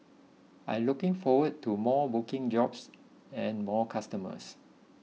I looking forward to more booking jobs and more customers